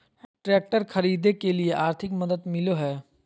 Tractor खरीदे के लिए आर्थिक मदद मिलो है?